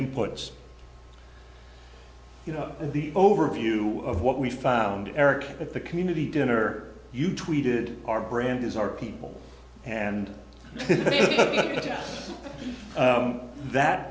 inputs you know the overview of what we found eric at the community dinner you tweeted our brand is our people and